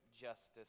justice